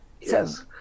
yes